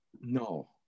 no